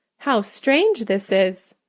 how strange this is!